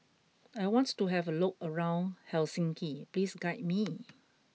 I want to have a look around Helsinki Please guide me